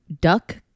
duck